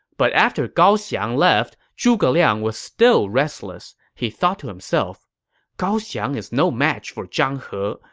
but after gao xiang left, zhuge liang was still restless. he thought to himself gao xiang is no match for zhang he.